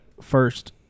first